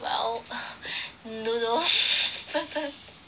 well noodles person